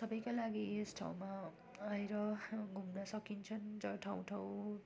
सबका लागि यस ठाउँमा बाहिर घुम्न सकिन्छन् जुन ठाउँ ठाउँ